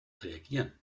reagieren